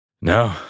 No